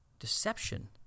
Deception